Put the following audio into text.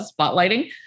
spotlighting